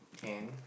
can